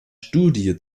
studie